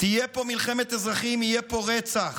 תהיה פה מלחמת אזרחים, יהיה פה רצח,